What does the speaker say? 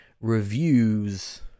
reviews